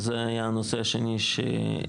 זה היה הנושא השני שהעלינו.